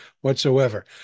whatsoever